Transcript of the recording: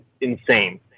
insane